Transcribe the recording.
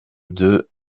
deux